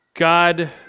God